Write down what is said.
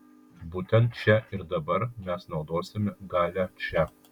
būtent čia ir dabar mes naudosime galią šią